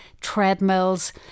treadmills